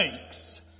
thanks